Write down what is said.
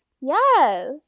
Yes